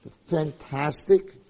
Fantastic